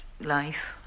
life